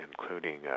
including